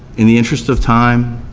in the interest of time,